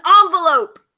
envelope